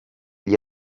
gli